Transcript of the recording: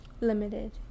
limited